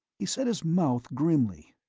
he set his mouth grimly.